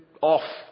Off